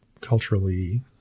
culturally